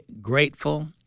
grateful